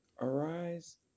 Arise